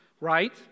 right